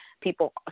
people